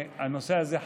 והנושא הזה חשוב.